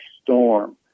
storm